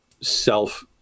self